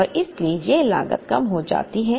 और इसलिए यह लागत कम हो जाती है